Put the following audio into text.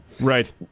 right